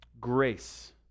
Grace